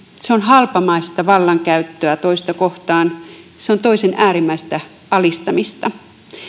se on halpamaista vallankäyttöä toista kohtaan se on toisen äärimmäistä alistamista